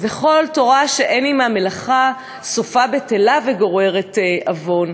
וכל תורה שאין עמה מלאכה, סופה בטלה וגוררת עוון".